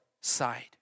side